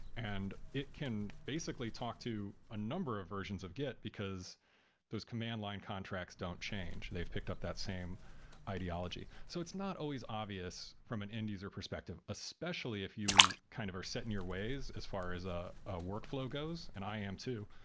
and it can basically talk to a number of versions of git, because those command line contracts don't change. they've picked up that same ideology. so it's not always obvious from an end-user perspective, especially if you kind of are set in your ways as far as ah a workflow goes and i am too.